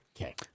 Okay